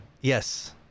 Yes